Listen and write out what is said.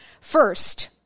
First